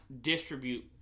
distribute